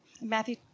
Matthew